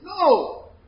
No